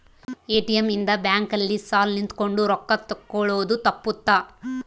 ATM ಇಂದ bank ಅಲ್ಲಿ ಸಾಲ್ ನಿಂತ್ಕೊಂಡ್ ರೊಕ್ಕ ತೆಕ್ಕೊಳೊದು ತಪ್ಪುತ್ತ